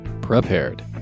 prepared